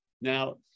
Now